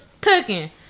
cooking